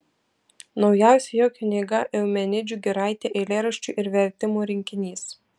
naujausia jo knyga eumenidžių giraitė eilėraščių ir vertimų rinkinys